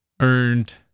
earned